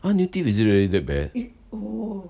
阿牛 teeth is it really that bad